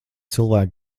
cilvēki